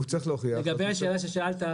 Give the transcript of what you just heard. והוא צריך להוכיח --- לגבי השאלה ששאלת,